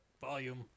volume